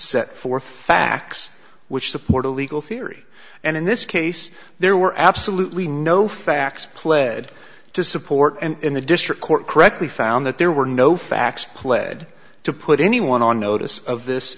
set forth facts which support a legal theory and in this case there were absolutely no facts pled to support and the district court correctly found that there were no facts pled to put anyone on notice of this